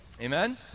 Amen